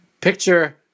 Picture